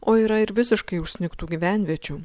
o yra ir visiškai užsnigtų gyvenviečių